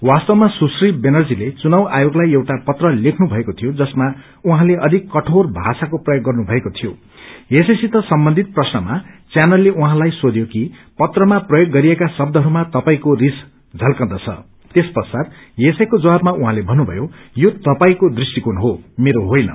वास्तवमा सुश्री ब्यानर्जीले चुनाव आयोगलाई एउटा पत्र लेख्नुभएको थियो जसमा उहाँले अधिक कठोर भाषाको प्रयोग गर्नुभएको थियो यसैसित सम्बन्धित प्रश्नमा व्यानलले उहाँलाई सोध्यो कि पत्रमा प्रयोग गरिएका शब्दहरूमा तपाईको रीस झल्कादँछ त्यस पश्चात यसैको जवाबमा उहाँले भन्नुभयो यो तपाईको दृष्टिकोण हो मेरो होइन